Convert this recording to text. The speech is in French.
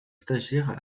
stagiaires